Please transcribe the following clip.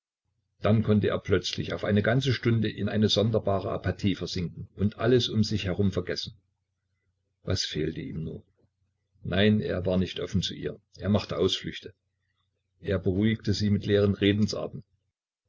dann konnte er plötzlich auf eine ganze stunde in eine sonderbare apathie versinken und alles um sich herum vergessen was fehlte ihm nur nein er war nicht offen zu ihr er machte ausflüchte er beruhigte sie mit leeren redensarten